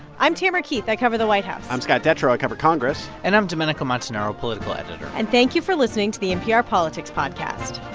i'm tamara keith. i cover the white house i'm scott detrow. i cover congress and i'm domenico montanaro, political editor and thank you for listening to the npr politics podcast